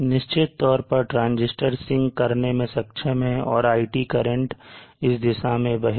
निश्चित तौर पर ट्रांजिस्टर sink करने में सक्षम है और iT करंट इस दिशा में बहेगी